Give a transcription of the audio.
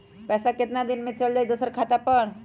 पैसा कितना दिन में चल जाई दुसर खाता पर?